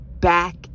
back